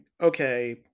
okay